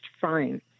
fine